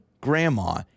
grandma